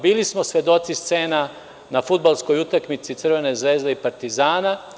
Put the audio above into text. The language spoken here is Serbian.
Bili smo svedoci scena na fudbalskoj utakmici Crvene zvezde i Partizana.